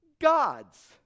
God's